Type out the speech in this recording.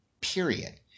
period